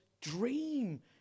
dream